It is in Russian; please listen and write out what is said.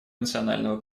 национального